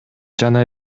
жана